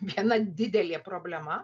viena didelė problema